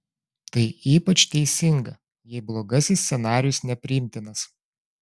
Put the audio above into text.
tai ypač teisinga jei blogasis scenarijus nepriimtinas